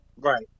Right